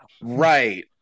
right